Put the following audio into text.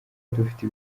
dufite